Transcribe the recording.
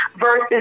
versus